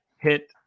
hit